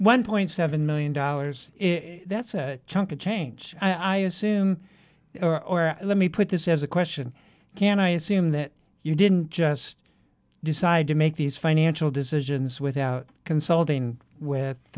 one point seven million dollars that's a chunk of change i assume or let me put this as a question can i assume that you didn't just decide to make these financial decisions without consulting with